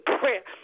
prayer